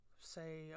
say